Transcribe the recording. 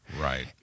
Right